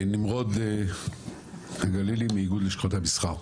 נמרוד הגלילי, מאיגוד לשכות המסחר.